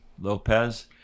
Lopez